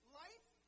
life